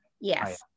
Yes